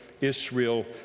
Israel